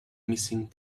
missing